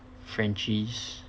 frenchies